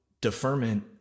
deferment